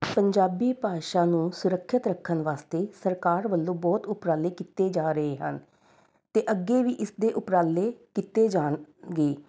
ਪੰਜਾਬੀ ਭਾਸ਼ਾ ਨੂੰ ਸੁਰੱਖਿਅਤ ਰੱਖਣ ਵਾਸਤੇ ਸਰਕਾਰ ਵੱਲੋਂ ਬਹੁਤ ਉਪਰਾਲੇ ਕੀਤੇ ਜਾ ਰਹੇ ਹਨ ਅਤੇ ਅੱਗੇ ਵੀ ਇਸ ਦੇ ਉਪਰਾਲੇ ਕੀਤੇ ਜਾਣਗੇ